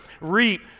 reap